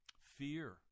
fear